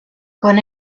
con